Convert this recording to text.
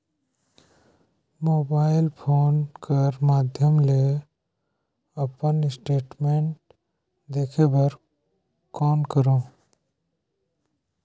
Mobile phone कर माध्यम ले अपन स्टेटमेंट देखे बर कौन करों?